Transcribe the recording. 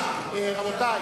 כל כך הרבה שרים,